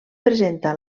presenta